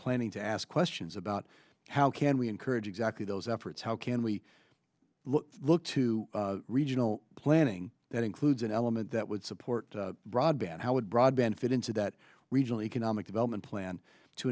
planning to ask questions about how can we encourage exactly those efforts how can we look to regional planning that includes an element that would support broadband how would broadband fit into that regional economic development plan to